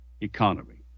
economy